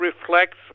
reflects